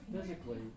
physically